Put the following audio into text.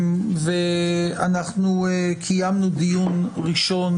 אנחנו קיימנו דיון ראשון